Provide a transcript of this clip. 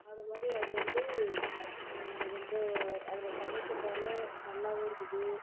அது மாதிரி அது வந்து ரொம்ப அதில் சமைக்கிறதால நல்லாருக்குது